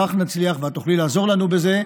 ואת תוכלי לעזור לנו בזה,